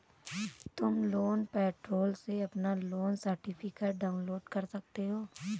तुम loan portal से अपना लोन सर्टिफिकेट डाउनलोड कर सकते हो